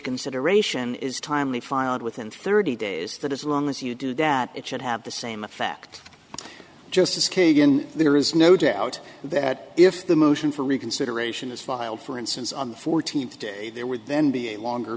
reconsideration is timely filed within thirty days that as long as you do that it should have the same effect justice kagan there is no doubt that if the motion for reconsideration is filed for instance on the fourteenth day there would then be a longer